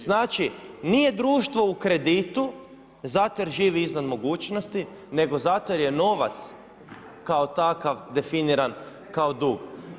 Znači, nije društvo u kreditu zato jer živi iznad mogućnosti nego zato jer je novac kao takav definiran kao dug.